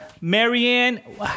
Marianne